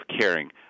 caring